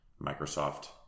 Microsoft